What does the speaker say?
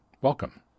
Welcome